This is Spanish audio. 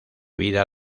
vida